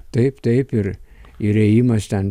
taip taip ir ir ėjimas ten